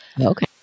Okay